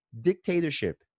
dictatorship